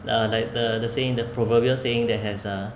the like the saying the proverbial saying that has uh